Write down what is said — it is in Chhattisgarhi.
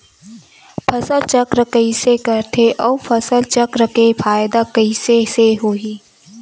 फसल चक्र कइसे करथे उ फसल चक्र के फ़ायदा कइसे से होही?